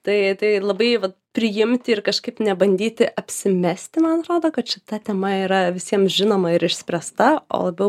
tai tai labai vat priimti ir kažkaip nebandyti apsimesti man atrodo kad šita tema yra visiems žinoma ir išspręsta o labiau